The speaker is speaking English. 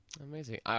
Amazing